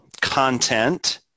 content